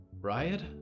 Riot